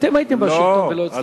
אתם הייתם בשלטון ולא הצלחתם,